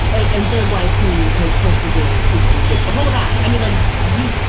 and and third wife who has questionable citizenship. hold on. i mean, like you,